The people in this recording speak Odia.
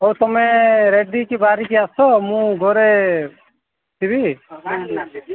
ହଉ ତୁମେ ରେଡ଼ି ହୋଇକି ବାହାରିକି ଆସ ମୁଁ ଘରେ ଥିବି